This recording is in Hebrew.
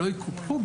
לא יקופחו,